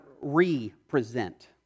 re-present